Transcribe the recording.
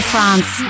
France